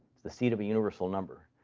it's the seed of a universal number.